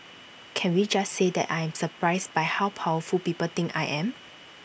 can we just say that I'm surprised by how powerful people think I am